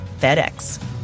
FedEx